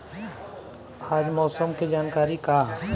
आज मौसम के जानकारी का ह?